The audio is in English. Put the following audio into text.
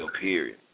period